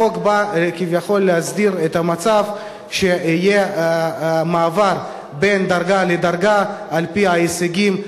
החוק בא להסדיר את המצב שיהיה מעבר בין דרגה לדרגה על-פי ההישגים,